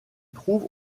trouve